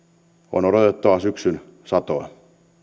on odotettava syksyn satoa